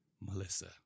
Melissa